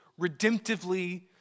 redemptively